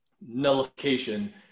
nullification